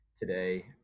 today